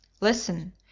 Listen